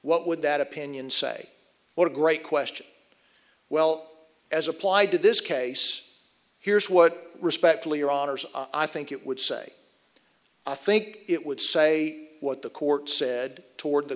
what would that opinion say or a great question well as applied to this case here's what respectfully your honour's i think it would say i think it would say what the court said toward the